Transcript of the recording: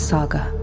Saga